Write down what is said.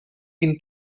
can